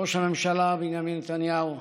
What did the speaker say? ראש הממשלה בנימין נתניהו,